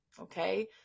Okay